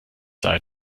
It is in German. sei